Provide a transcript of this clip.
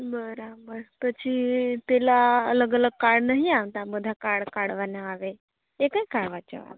બરાબર પછી એ પેલાં અલગ અલગ કાર્ડ નહી આવતા બધાં કાર્ડ કાઢવાના આવે એ ક્યાં કાઢવા જવાના